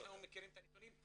אנחנו מכירים את הנתונים.